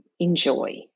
Enjoy